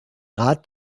rat